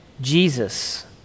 Jesus